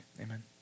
amen